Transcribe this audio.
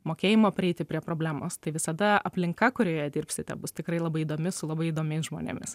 mokėjimo prieiti prie problemos tai visada aplinka kurioje dirbsite bus tikrai labai įdomi su labai įdomiais žmonėmis